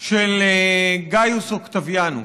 של גאיוס אוקטביאנוס,